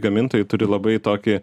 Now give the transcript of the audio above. gamintojai turi labai tokį